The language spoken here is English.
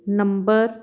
number